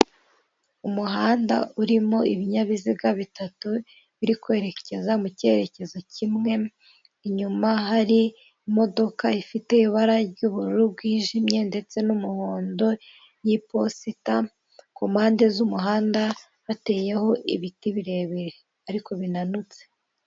Umuhanda urimo ibinyabiziga bitatu, biri kwerekeza mu cyerekezo kimwe, inyuma hari imodoka ifite ibara ry'ubururu bwijimye ndetse n'umuhondo, y'iposita kumpande z'umuhanda hateyeho ibiti birebire ariko binanutse.